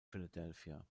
philadelphia